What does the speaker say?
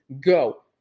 go